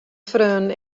freonen